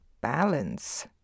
balance